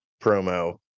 promo